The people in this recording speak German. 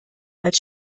als